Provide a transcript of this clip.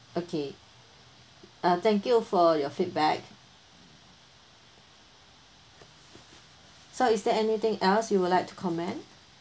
okay uh thank you for your feedback so is there anything else you would like to comment